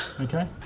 Okay